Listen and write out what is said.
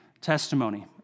testimony